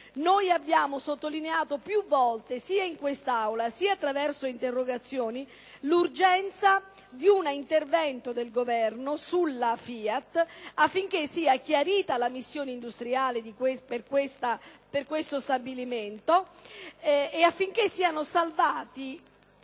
Abbiamo sottolineato più volte, sia in quest'Aula, sia attraverso varie interrogazioni, l'urgenza di un intervento del Governo sulla FIAT, affinché sia chiarita la missione industriale per questo stabilimento e siano salvate